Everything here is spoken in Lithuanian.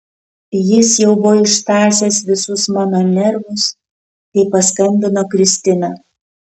jis jau buvo ištąsęs visus mano nervus kai paskambino kristina